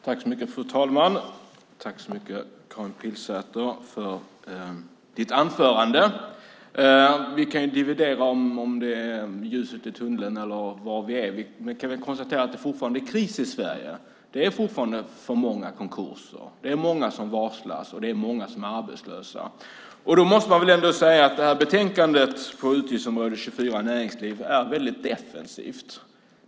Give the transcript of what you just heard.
Fru talman! Jag tackar Karin Pilsäter för hennes anförande. Vi kan dividera om det är ljuset i tunneln och så vidare. Men vi kan konstatera att det fortfarande är kris i Sverige. Det är fortfarande för många konkurser, det är många som varslas och det är många som är arbetslösa. Då måste man ändå säga att detta betänkande på utgiftsområde 24 Näringsliv är mycket defensivt.